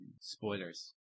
spoilers